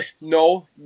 No